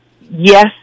yes